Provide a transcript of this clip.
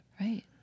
Right